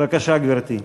בבקשה, גברתי.